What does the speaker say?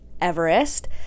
Everest